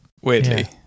Weirdly